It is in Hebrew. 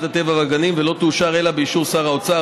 הטבע והגנים ולא תאושר אלא באישור שר האוצר,